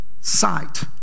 Sight